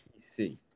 PC